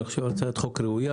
אני חושב שזאת הצעת חוק ראויה,